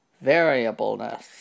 variableness